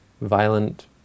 violent